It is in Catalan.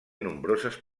nombroses